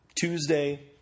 Tuesday